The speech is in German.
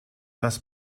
dass